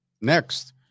Next